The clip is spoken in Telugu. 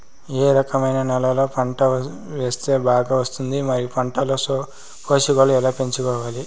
ఏ రకమైన నేలలో పంట వేస్తే బాగా వస్తుంది? మరియు పంట లో పోషకాలు ఎలా పెంచుకోవాలి?